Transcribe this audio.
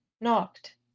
knocked